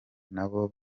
nabo